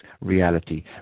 reality